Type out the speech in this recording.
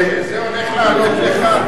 הוא הועלה פעם גם ב-2005,